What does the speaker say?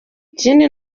ikindi